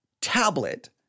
tablet